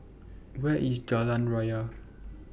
Where IS Jalan Raya